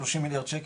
30 מיליארד שקל,